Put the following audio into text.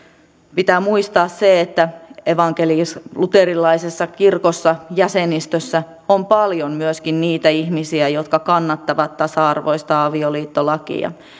pitää muistaa se että evankelisluterilaisessa kirkossa jäsenistössä on paljon myöskin niitä ihmisiä jotka kannattavat tasa arvoista avioliittolakia